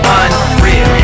unreal